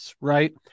right